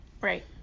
Right